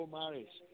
marriage